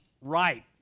right